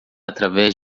através